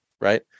Right